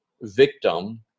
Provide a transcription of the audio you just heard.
victim